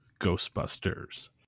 Ghostbusters